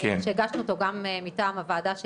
שהגשנו אותו גם מטעם הוועדה שלי,